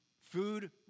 food